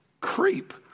creep